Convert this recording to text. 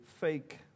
fake